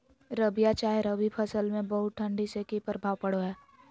रबिया चाहे रवि फसल में बहुत ठंडी से की प्रभाव पड़ो है?